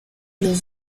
los